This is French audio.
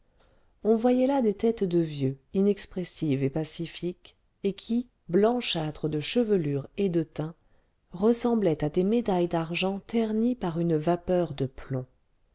on voyait là des têtes de vieux inexpressives et pacifiques et qui blanchâtres de chevelure et de teint ressemblaient à des médailles d'argent ternies par une vapeur de plomb